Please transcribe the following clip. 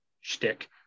shtick